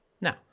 Now